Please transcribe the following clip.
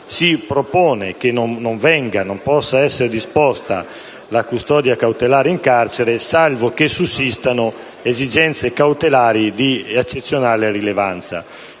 si propone che non possa essere disposta la custodia cautelare in carcere, salvo nel caso in cui sussistano esigenze cautelari di eccezionale rilevanza.